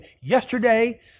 yesterday